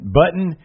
button